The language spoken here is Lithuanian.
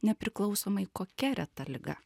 nepriklausomai kokia reta liga